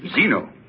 Zeno